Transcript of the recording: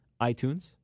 iTunes